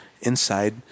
inside